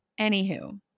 Anywho